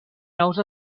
nous